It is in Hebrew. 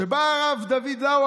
כשבא הרב דוד לאו,